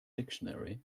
dictionary